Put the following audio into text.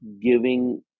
giving